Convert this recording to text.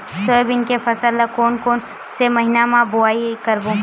Soybean के फसल ल कोन कौन से महीना म बोआई करबो?